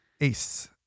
Ace